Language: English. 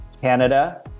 Canada